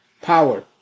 power